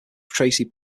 tracy